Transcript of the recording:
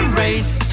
race